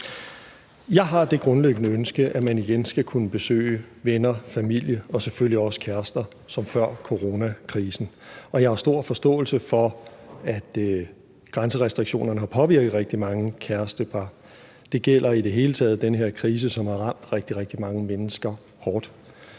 Jeg har det grundlæggende ønske, at man igen skal kunne besøge venner og familie og selvfølgelig også kærester som før coronakrisen, og jeg har stor forståelse for, at grænserestriktionerne har påvirket rigtig mange kærestepar. Det gælder i det hele taget den her krise, som har ramt rigtig, rigtig mange mennesker hårdt.